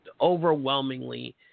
overwhelmingly